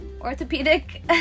orthopedic